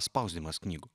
spausdinimas knygų